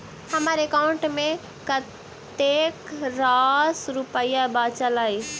हम्मर एकाउंट मे कतेक रास रुपया बाचल अई?